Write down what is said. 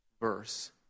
verse